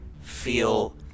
feel